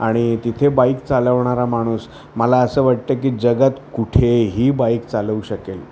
आणि तिथे बाईक चालवणारा माणूस मला असं वाटतं की जगात कुठेही बाईक चालवू शकेल